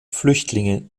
flüchtlinge